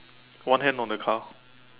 one hand on the car